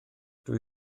dwi